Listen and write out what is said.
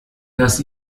dass